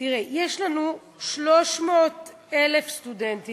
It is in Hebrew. תראה, יש לנו 300,000 סטודנטים.